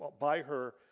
by her,